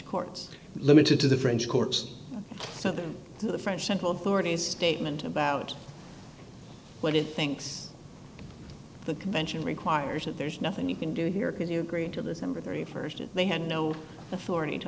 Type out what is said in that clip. courts limited to the french courts so that the french central authorities statement about what it thinks the convention requires that there's nothing you can do here can you agree to this number three version they have no authority to